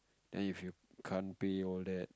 and if you can't pay all that